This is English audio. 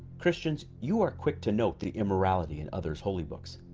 christians you are quick to note the immorality and others. holy books.